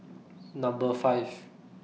Number five